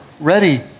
ready